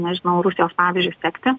nežinau rusijos pavyzdžiu sekti